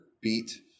beat